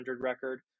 record